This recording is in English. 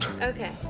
Okay